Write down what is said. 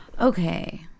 Okay